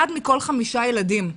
אחד מכל חמישה ילדים.